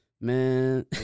Man